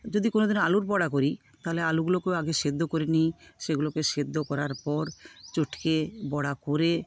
যদি কোনোদিন আলুর বড়া করি তাহলে আলুগুলোকেও আগে সেদ্ধ করে নিই সেগুলোকে সেদ্ধ করার পর চটকে বড়া করে